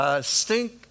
stink